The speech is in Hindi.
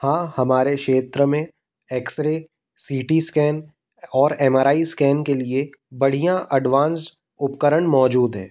हाँ हमारे क्षेत्र में एक्सरे सी टी स्कैन और एम आर आई स्कैन के लिए बढ़िया अडवांस उपकरण मौजूद हैं